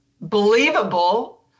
believable